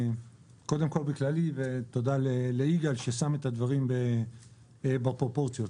תודה ליגאל ששם את הדברים בפרופורציות.